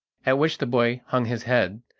at which the boy hung his head,